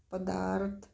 ਪਦਾਰਥ